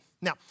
Now